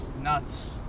nuts